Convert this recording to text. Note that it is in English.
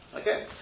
Okay